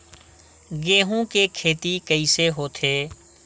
गेहूं के खेती कइसे होथे?